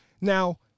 Now